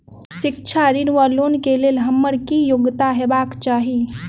शिक्षा ऋण वा लोन केँ लेल हम्मर की योग्यता हेबाक चाहि?